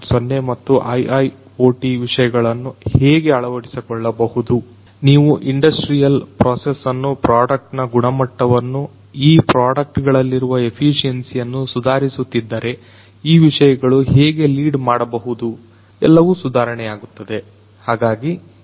0 ಮತ್ತು IIoT ವಿಷಯ ಗಳನ್ನು ಹೇಗೆ ಅಳವಡಿಸಿಕೊಳ್ಳಬಹುದು ನೀವು ಇಂಡಸ್ಟ್ರಿಯಲ್ ಪ್ರೋಸೆಸ್ ಅನ್ನು ಪ್ರಾಡಕ್ಟ್ ನ ಗುಣಮಟ್ಟವನ್ನು ಈ ಪ್ರಾಡಕ್ಟ್ ಗಳಲ್ಲಿರುವ ಎಫಸಿಯೆನ್ಸಿಯನ್ನ ಸುಧಾರಿಸುತ್ತಿದ್ದರೆ ಈ ವಿಷಯಗಳು ಹೇಗೆ ಲೀಡ್ ಮಾಡಬಹುದು ಎಲ್ಲವೂ ಸುಧಾರಣೆಯಾಗುತ್ತದೆ